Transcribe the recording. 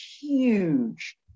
huge